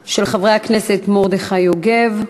של חברי הכנסת מרדכי יוגב,